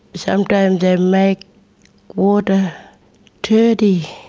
sometimes they make water dirty.